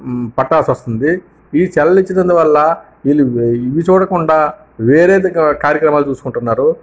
పట్టాల్సి వస్తుంది ఈ సెల్లులు ఇచ్చినందు వల్ల వీళ్ళు ఇవి చూడకుండా వేరేది కార్యక్రమాలు చూసుకుంటున్నారు